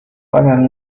ادم